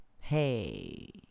hey